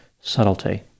subtlety